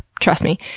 trust me.